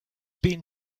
been